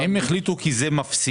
הם החליטו כי זה מפסיד.